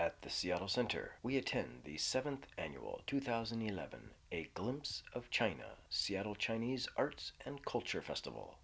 at the seattle center we attend the seventh annual two thousand and eleven glimpse of china seattle chinese arts and culture festival